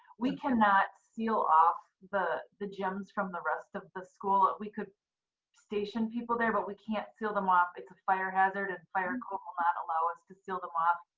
we cannot cannot seal off the the gyms from the rest of the school. we could station people there, but we can't seal them off. it's a fire hazard and fire code will not allow us to seal them off.